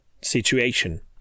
situation